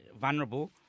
vulnerable